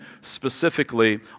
specifically